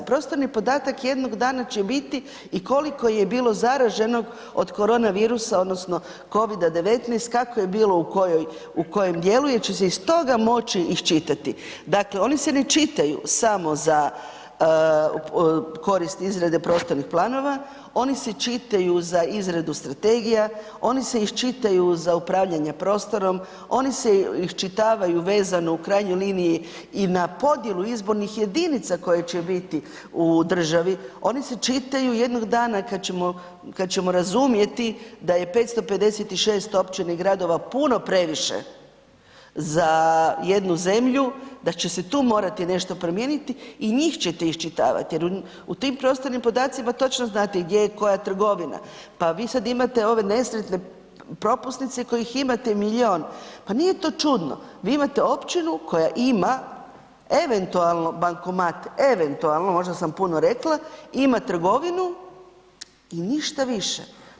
Prostorni podatak jednog dana će biti i koliko je bilo zaraženo od korona virusa odnosno COVID-19 kako je bilo u kojem dijelu jer će se iz toga moći iščitati, dakle oni se ne čitaju samo za korist izrade prostornih planova, oni se čitaju za izradu strategija, oni se iščitaju za upravljanje prostorom, oni se iščitavaju vezano u krajnjoj liniji i na podjelu izbornih jedinica koje će biti u državi, oni se čitaju jednog dana kad ćemo razumjeti da je 556 općina i gradova puno previše za jednu zemlju, da će se tu morati nešto promijeniti, i njih ćete iščitavati jer u tim prostornim podacima točno znate gdje je koja trgovina, pa vi sad imate ove nesretne propusnice kojih imate milijun, pa nije to čudno, vi imate općinu koja ima eventualno bankomat, eventualno, možda sam puno rekla, ima trgovinu i ništa više.